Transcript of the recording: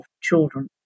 children